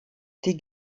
die